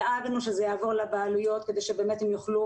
דאגנו שזה יעבור לבעלויות כדי שבאמת הם יוכלו